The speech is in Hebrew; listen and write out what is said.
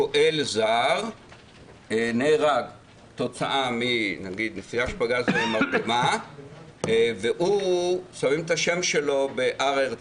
פועל זר נהרג כתוצאה מפגז מרגמה ושמים את השם שלו בהר הרצל.